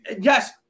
yes